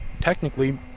technically